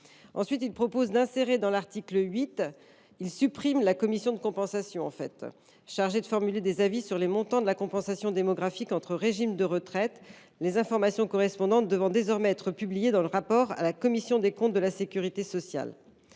Ensuite, il est proposé de supprimer la commission de compensation, chargée de formuler des avis sur les montants de la compensation démographique entre régimes de retraite, les informations correspondantes devant désormais être publiées dans le rapport à la Commission des comptes de la sécurité sociale.